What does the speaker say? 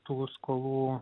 tų skolų